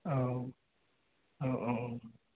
औ औ औ